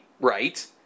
Right